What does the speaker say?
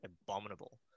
abominable